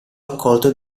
accolto